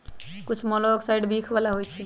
कुछ मोलॉक्साइड्स विख बला होइ छइ